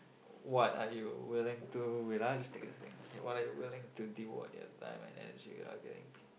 what are you willing to wait ah just take this thing okay what are you willing to devote your time and energy without getting paid